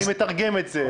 אני מתרגם את זה.